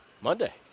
Monday